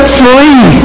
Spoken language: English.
free